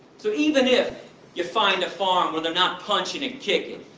so, even if you find a farm where they not punching and kicking,